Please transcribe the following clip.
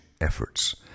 efforts